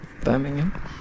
Birmingham